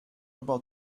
about